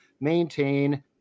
maintain